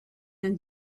and